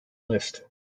list